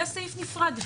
יהיה סעיף נפרד.